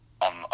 on